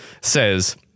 says